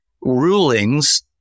rulings